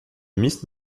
miss